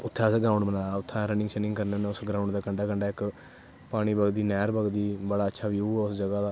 उत्थैं असैं ग्राउंड़ बनाए दा उत्थें अस रनिंग शन्ंग करनें होनें उस ग्राउंड़ दै कंडे कंडै इक पानी बगदी नैह्र बगदी बड़ा अच्छा ब्यू ऐ उस जगा दा